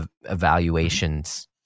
evaluations